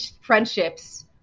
friendships